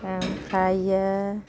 ओमफ्रायो